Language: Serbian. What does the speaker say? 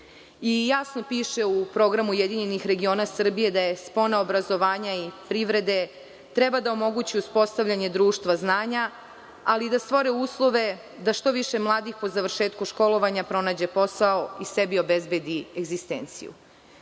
piše u programu URS da spona obrazovanja i privrede treba da omogući uspostavljanje društva znanja, ali i da stvore uslove da što više mladih, po završetku školovanja, pronađe posao i sebi obezbedi egzistenciju.